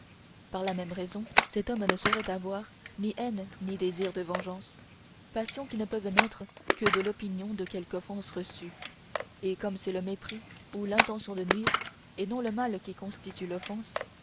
par la même raison cet homme ne saurait avoir ni haine ni désir de vengeance passions qui ne peuvent naître que de l'opinion de quelque offense reçue et comme c'est le mépris ou l'intention de nuire et non le mal qui constitue l'offense